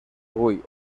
guy